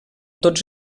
tots